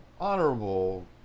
honorable